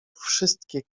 wszystkie